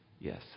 Yes